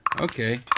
okay